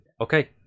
Okay